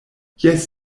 jes